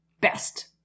best